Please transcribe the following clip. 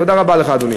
תודה רבה לך, אדוני.